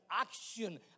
action